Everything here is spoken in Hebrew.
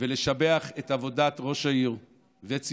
בלי לשבח את עבודת ראש העיר וצוותו